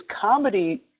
comedy